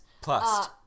Plus